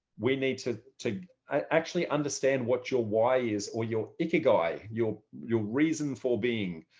we need to to actually understand what your why is or your ikigai, your your reason for being.